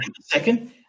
Second